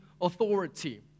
authority